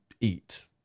eat